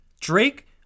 Drake